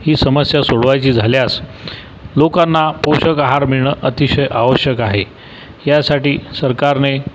ही समस्या सोडवायची झाल्यास लोकांना पोषक आहार मिळणं अतिशय आवश्यक आहे यासाठी सरकारने